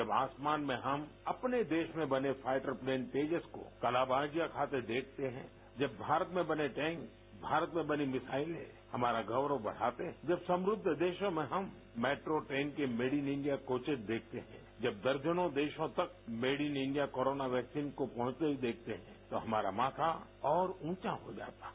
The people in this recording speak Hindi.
जब आसमान में हम अपने देश में बने फाइटर प्लेन तेजस को कलाबाजियां खाते देखते हैं जब भारत में बने टैंक भारत में बनी मिसाइलें हमारा गौरव बढ़ाते हैं जब समुद्ध देशों में हम मेट्रो ट्रेन के मेड इन इंडिया कोचेस देखते हैं जब दर्जनों देशों तक made in India corona vaccine को पहुंचते हुए देखते हैं तो हमारा माथा और ऊंचा हो जाता है